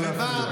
לא להפריע.